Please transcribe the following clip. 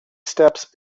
steps